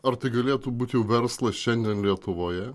ar tai galėtų būt jau verslas šiandien lietuvoje